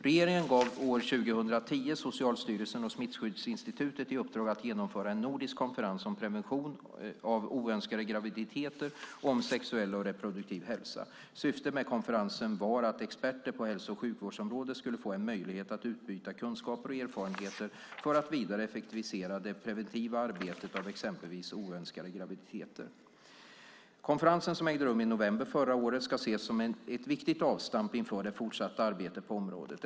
Regeringen gav år 2010 Socialstyrelsen och Smittskyddsinstitutet i uppdrag att genomföra en nordisk konferens om prevention av oönskade graviditeter och om sexuell och reproduktiv hälsa. Syftet med konferensen var att experter på hälso och sjukvårdsområdet skulle få en möjlighet att utbyta kunskaper och erfarenheter för att vidare effektivisera det preventiva arbetet mot exempelvis oönskade graviditeter. Konferensen som ägde rum i november förra året ska ses som ett viktigt avstamp inför det fortsatta arbetet på området.